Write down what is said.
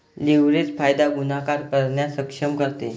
leverage फायदा गुणाकार करण्यास सक्षम करते